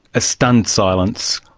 a stunned silence,